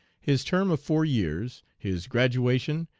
his term of four years, his graduation,